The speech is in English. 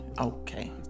okay